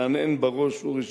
תהנהן בראש, אורי,